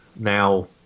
now